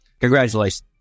Congratulations